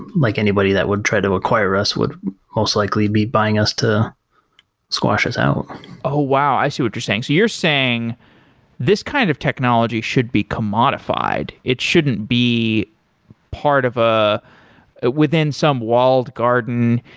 like anybody that would try to acquire us would most likely be buying us to squash us out oh, wow. i see what you're saying. you're saying this kind of technology should be commodified. it shouldn't be part of a a within some walled garden.